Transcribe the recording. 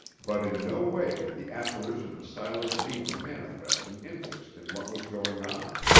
but in no way did the apparition of silas deemer manifest an interest in what was going on.